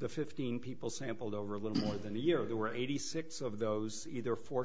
the fifteen people sampled over a little more than a year there were eighty six of those either for